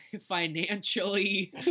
financially